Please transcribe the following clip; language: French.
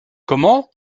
comment